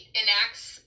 enacts